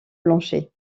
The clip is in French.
blanchet